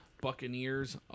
Buccaneers